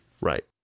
Right